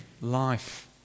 life